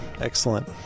Excellent